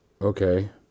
Okay